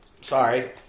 sorry